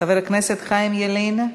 חבר כנסת חיים ילין,